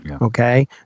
Okay